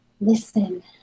listen